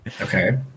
Okay